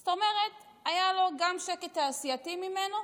זאת אומרת, היה לו גם שקט תעשייתי ממנו,